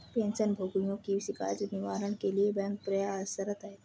pension भोगियों की शिकायत निवारण के लिए बैंक प्रयासरत है